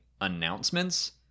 announcements